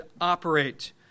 operate